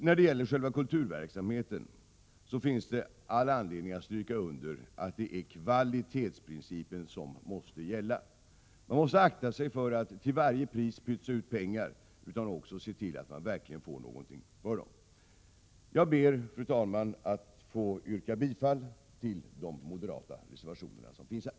När det gäller kulturverksamheten finns det all anledning att stryka under att det är kvalitetsprincipen som måste gälla. Man måste akta sig och inte bara till varje pris pytsa ut pengar utan också se till att man verkligen får någonting för dem. Fru talman! Jag ber att få yrka bifall till de moderata reservationerna i betänkandet.